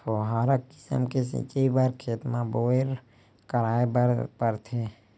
फव्हारा किसम के सिचई बर खेत म बोर कराए बर परथे